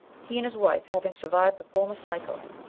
he and his wife having survived the former cycle,